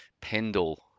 Pendle